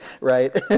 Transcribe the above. right